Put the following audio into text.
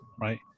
right